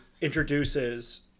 introduces